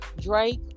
Drake